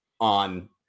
on